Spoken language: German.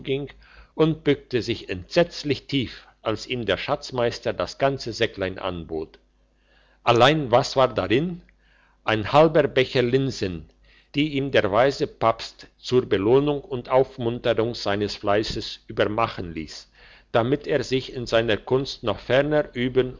und bückte sich entsetzlich tief als ihm der schatzmeister das ganze säcklein anbot allein was war darin ein halber becher linsen die ihm der weise papst zur belohnung und aufmunterung seines fleisses übermachen liess damit er sich in seiner kunst noch ferner üben